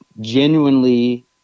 genuinely